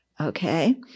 Okay